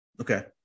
Okay